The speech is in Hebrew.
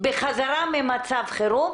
בחזרה ממצב חרום?